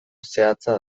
zehatza